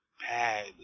bad